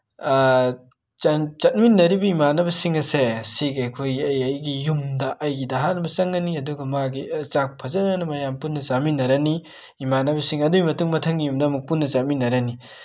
ꯆꯠꯃꯤꯟꯅꯔꯤꯕ ꯏꯃꯥꯟꯅꯕꯁꯤꯡ ꯑꯁꯦ ꯁꯤꯒ ꯑꯩꯈꯣꯏ ꯑꯩ ꯑꯩꯒꯤ ꯌꯨꯝꯗ ꯑꯩꯒꯤꯗ ꯑꯍꯥꯟꯕ ꯆꯪꯉꯅꯤ ꯑꯗꯨꯒ ꯃꯥꯒꯤ ꯆꯥꯛ ꯐꯖꯅ ꯃꯌꯥꯝ ꯄꯨꯟꯅ ꯆꯥꯃꯤꯟꯅꯔꯅꯤ ꯏꯃꯥꯟꯅꯕꯁꯤꯡ ꯑꯗꯨꯒꯤ ꯃꯇꯨꯡ ꯃꯊꯪꯒꯤ ꯌꯨꯝꯗ ꯄꯨꯟꯅ ꯑꯃꯨꯛ ꯆꯠꯃꯤꯟꯅꯔꯅꯤ